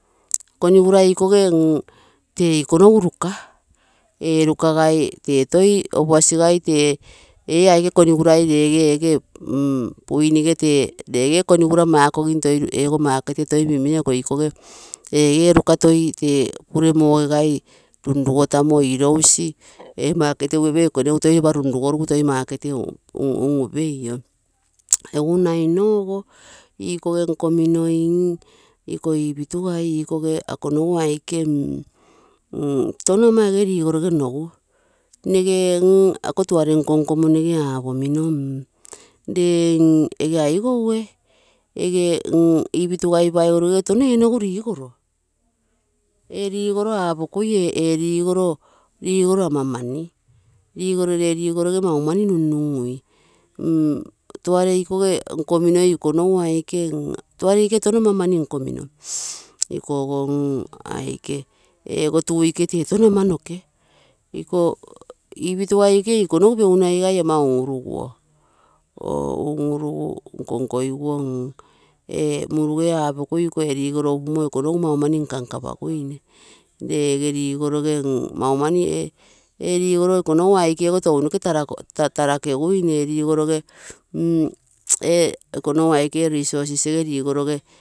Konigura ikoge tee ikonogu ruka ee rukagai tee opuasigai tee, ee aike konigurai reege ege buinige tee ege ite regee konigura makogim toi eego market ee toi min, min ikoge tee egee ruka, irousi ee makumo pei eiko konegu tei toi ropa runrugorugu, egu unainogo ikoge nkomino, iko i ipitugai ikoge akonogu aike tono ama ege rigoroge nosu, nege mm ako tuare nkonkomo apamino ree mm ege aigou egee iputugai paigoroge tono ee nogu rigoroge. Ee rigoroapokui ee rigoro ama mani, ree rigoroge maumani mm tuare iko nkominoi iko nogu aike tuare ikoge nkomino tono ama mani nkomino. Ego tuu ikoge tee tono ama noke, iko iputugai iko nogu peunaigai ama un, uruguo, oo un, urugu nkonkogiguo ee muruge apokui iko ee rigoro upumo ikonogu maumani nkankapamoi. Ree ege rigoroge maumani, ee rigogoge ikonogu aike go tounoke tarakeguine ee rigoroge mm ee resources ege rigoroge.